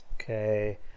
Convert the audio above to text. Okay